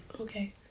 Okay